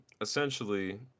essentially